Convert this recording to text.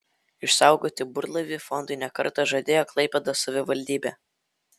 išsaugoti burlaivį fondui ne kartą žadėjo klaipėdos savivaldybė